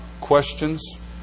questions